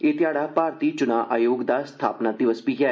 एह् ध्याढ़ा भारतीय चुना आयोग दा स्थापना दिवस बी ऐ